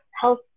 health